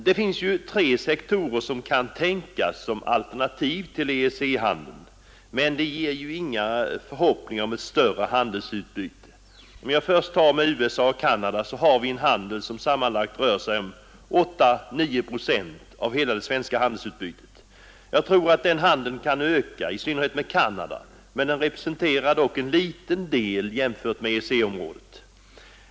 Det finns tre sektorer som kan tänkas som alternativ till EEC-handeln, men det ger inga förhoppningar om ett större handelsutbyte. Med USA och Canada har vi en handel som sammanlagt rör sig om 8—9 procent av hela det svenska handelsutbytet. Jag tror att denna handel kan öka, i synnerhet med Canada, men den representerar dock en liten del jämfört med EEC-området.